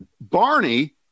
Barney